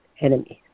enemies